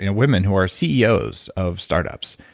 and women who are ceos of startups,